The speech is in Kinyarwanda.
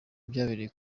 byabereye